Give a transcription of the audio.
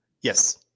Yes